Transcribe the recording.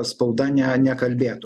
spauda ne nekalbėtų